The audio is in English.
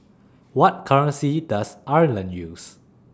What currency Does Ireland use